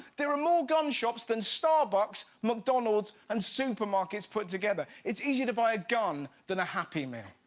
there are more gun shops than starbucks, mcdonald's and supermarkets put together. it's easier to buy a gun than a happy meal.